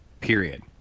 period